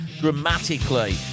dramatically